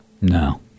No